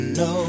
no